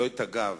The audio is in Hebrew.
לא את הגב.